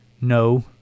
no